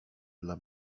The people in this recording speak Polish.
dla